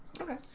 Okay